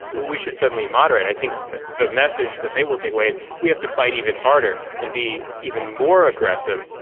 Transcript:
we should suddenly moderate. i think the message that they will take away is we have to fight even harder and be even more aggressive.